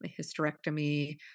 hysterectomy